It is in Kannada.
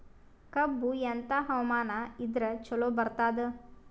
ಕಬ್ಬು ಎಂಥಾ ಹವಾಮಾನ ಇದರ ಚಲೋ ಬರತ್ತಾದ?